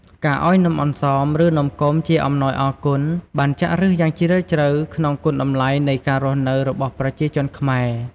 ការឱ្យនំអន្សម ឬ នំគមជាអំណោយអរគុណបានចាក់ឫសយ៉ាងជ្រាលជ្រៅក្នុងគុណតម្លៃនៃការរស់នៅរបស់ប្រជាជនខ្មែរ។